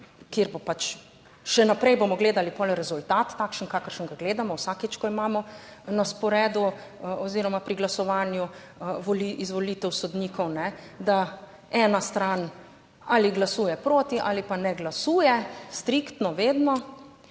še naprej bomo gledali pol rezultat takšen kakršnega gledamo vsakič, ko imamo na sporedu oziroma pri glasovanju izvolitev sodnikov, ne, da ena stran ali glasuje proti ali pa ne glasuje, striktno vedno.